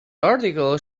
article